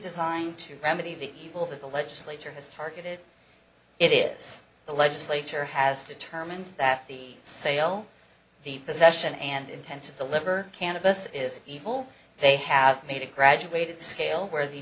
designed to remedy the evil that the legislature has targeted it is the legislature has determined that the sale the possession and intent of the liver cannabis is evil they have made a graduated scale where the